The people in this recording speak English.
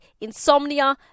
insomnia